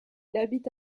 habite